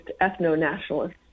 ethno-nationalist